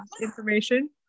information